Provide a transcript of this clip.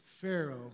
Pharaoh